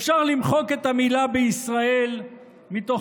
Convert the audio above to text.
אפשר למחוק את המילה "בישראל" מתוך